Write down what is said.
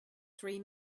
three